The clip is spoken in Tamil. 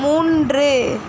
மூன்று